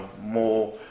more